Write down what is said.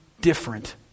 different